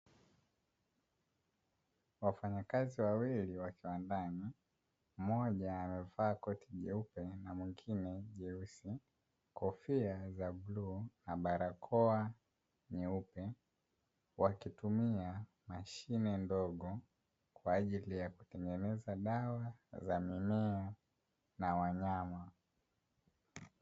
Wafanyakazi wawili wa kiwandani, mmoja amevaa koti jeupe na mwingine jeusi, kofia za bluu na barakoa nyeupe, wakitumia mashine ndogo kwa ajili ya kutengeneza dawa za mimea na wanyama.